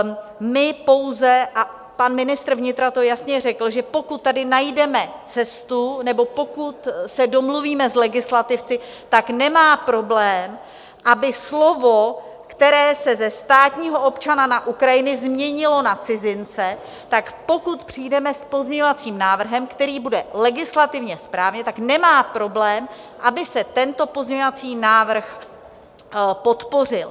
A my pouze, a pan ministr vnitra to jasně řekl, že pokud tady najdeme cestu, nebo pokud se domluvíme s legislativci, tak nemá problém, aby slovo, které se ze státního občana na Ukrajině změnilo na cizince, tak pokud přijdeme s pozměňovacím návrhem, který bude legislativně správně, tak nemá problém, aby se tento pozměňovací návrh podpořil.